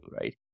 right